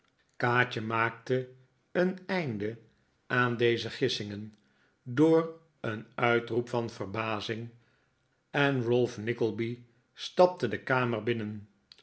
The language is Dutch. kaatje maakte een einde aan deze gissingen door een uitroep van verbazing en ralph nickleby stapte de kamer binnen